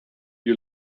you